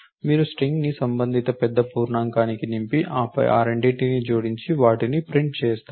మీరు స్ట్రింగ్ను సంబంధిత పెద్ద పూర్ణాంకానికి నింపి ఆపై ఆ రెండింటిని జోడించి వాటిని ప్రింట్ చేయాలి